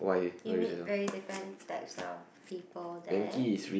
you meet very different types of people there